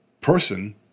person